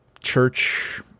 church